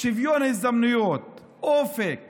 לשוויון הזדמנויות ואופק